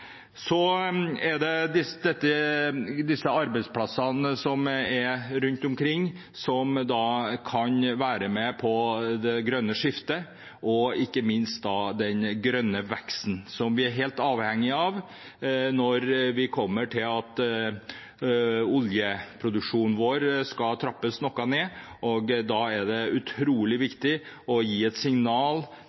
Så er det disse arbeidsplassene som er rundt omkring, som kan være med på det grønne skiftet og ikke minst den grønne veksten, som vi er helt avhengig av når oljeproduksjonen vår skal trappes noe ned. Da er det utrolig viktig å gi et signal